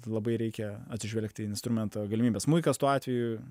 labai reikia atsižvelgti į instrumento galimybes smuikas tuo atveju